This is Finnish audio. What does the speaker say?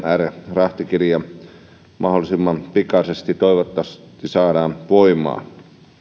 rahtikirja mahdollisimman pikaisesti voimaan